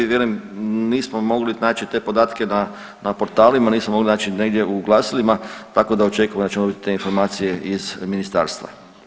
Vjerujem nismo mogli naći te podatke na, na portalima, nismo mogli naći negdje u glasilima, tako da očekujemo da ćemo dobit te informacije iz ministarstva.